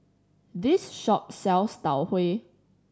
this shop sells Tau Huay